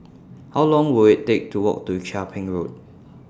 How Long Will IT Take to Walk to Chia Ping Road